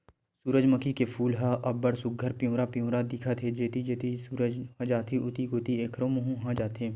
सूरजमूखी के फूल ह अब्ब्ड़ सुग्घर पिंवरा पिंवरा दिखत हे, जेती जेती सूरज ह जाथे उहीं कोती एखरो मूँह ह हो जाथे